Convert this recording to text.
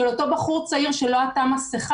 כמו המקרה בדימונה של אותו בחור צעיר שלא עטה מסכה,